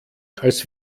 als